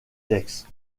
texte